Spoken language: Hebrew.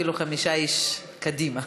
אפילו חמישה איש קדימה.